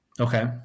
Okay